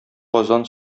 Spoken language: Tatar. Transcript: казан